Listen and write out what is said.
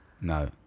No